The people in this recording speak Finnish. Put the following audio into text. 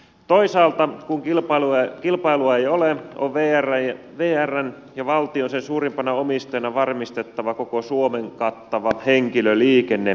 toisaalta kun kilpailua ei ole on vrn ja valtion sen suurimpana omistajana varmistettava koko suomen kattava henkilöliikenne